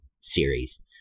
series